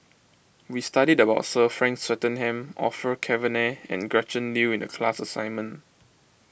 we studied about Sir Frank Swettenham Orfeur Cavenagh and Gretchen Liu in the class assignment